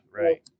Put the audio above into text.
Right